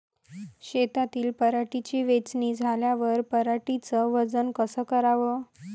शेतातील पराटीची वेचनी झाल्यावर पराटीचं वजन कस कराव?